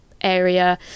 area